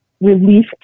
relief